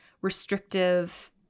restrictive